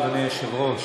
אדוני היושב-ראש,